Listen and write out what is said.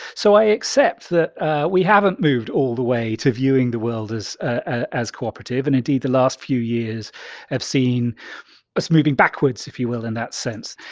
so i accept that we haven't moved all the way to viewing the world as ah as cooperative, and indeed, the last few years have seen us moving backwards, if you will, in that sense.